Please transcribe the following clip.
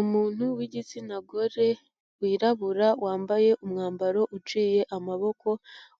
Umuntu w'igitsina gore wirabura. wambaye umwambaro uciye amaboko,